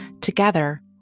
together